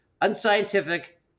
unscientific